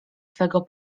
swego